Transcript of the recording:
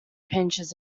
pinches